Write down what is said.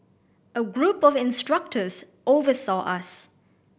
a group of instructors oversaw us